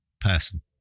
person